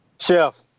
Chef